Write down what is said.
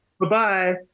Bye-bye